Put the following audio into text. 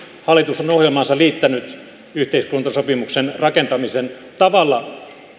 hallitus on liittänyt ohjelmaansa yhteiskuntasopimuksen rakentamisen tavalla